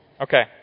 Okay